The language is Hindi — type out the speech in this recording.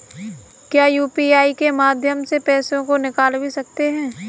क्या यू.पी.आई के माध्यम से पैसे को निकाल भी सकते हैं?